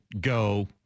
go